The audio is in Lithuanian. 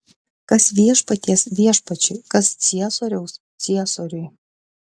kas viešpaties viešpačiui kas ciesoriaus ciesoriui